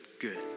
good